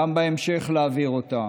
גם בהמשך, להעביר אותם.